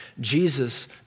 Jesus